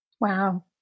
Wow